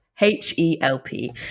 H-E-L-P